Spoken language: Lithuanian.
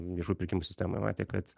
viešųjų pirkimų sistemoje matė kad